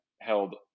held